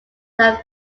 than